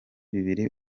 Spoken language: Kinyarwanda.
bibiri